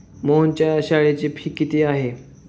मोहनच्या शाळेची फी किती आहे?